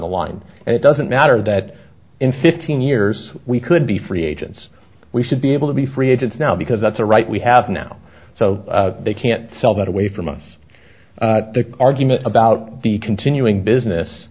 the line and it doesn't matter that in fifteen years we could be free agents we should be able to be free agents now because that's a right we have now so they can't sell that away from us the argument about the continuing business